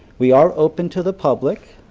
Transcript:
we are open to the public.